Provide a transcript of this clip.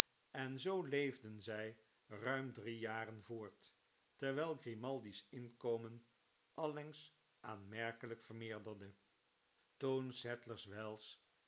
en zoo leefdcn zij ruim drie jaren voort terwijl grimaldi's inkomen allengs aanmerkelijk vermeerderde toen sadlers wells